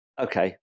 okay